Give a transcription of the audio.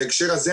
בהקשר הזה,